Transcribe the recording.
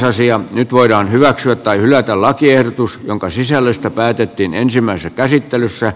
nyt voidaan hyväksyä tai hylätä lakiehdotus jonka sisällöstä päätettiin ensimmäisessä käsittelyssä